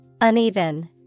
Uneven